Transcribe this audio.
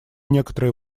некоторые